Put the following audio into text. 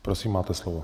Prosím, máte slovo.